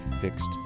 fixed